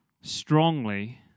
strongly